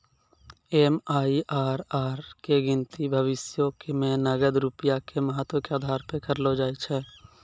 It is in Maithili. एम.आई.आर.आर के गिनती भविष्यो मे नगद रूपया के महत्व के आधार पे करलो जाय छै